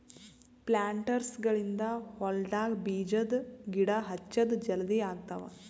ಪ್ಲಾಂಟರ್ಸ್ಗ ಗಳಿಂದ್ ಹೊಲ್ಡಾಗ್ ಬೀಜದ ಗಿಡ ಹಚ್ಚದ್ ಜಲದಿ ಆಗ್ತಾವ್